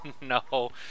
No